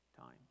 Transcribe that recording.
time